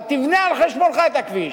אבל תבנה על חשבונך את הכביש.